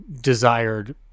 desired